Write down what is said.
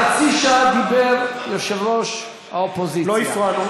להגיד לך שבמשך חצי שעה יושב-ראש האופוזיציה דיבר,